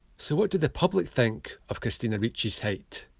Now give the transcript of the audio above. so what do the public think of christina ricci's height?